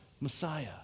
Messiah